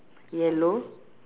yellow